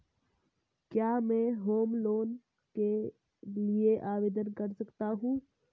क्या मैं home loan के लिए आवेदन कर सकता हूं?